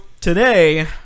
today